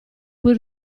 puoi